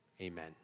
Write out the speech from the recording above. amen